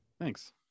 thanks